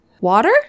Water